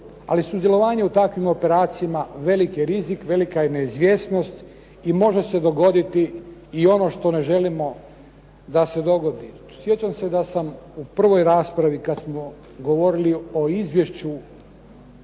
Ali sudjelovanje u takvim operacijama velik je rizik, velika je neizvjesnost i može se dogoditi i ono što ne želimo da se dogodi. Sjećam se da sam u prvoj raspravi kad smo govorili o izvješću